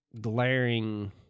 glaring